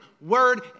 word